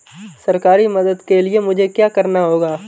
सरकारी मदद के लिए मुझे क्या करना होगा?